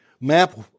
map